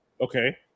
Okay